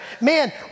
Man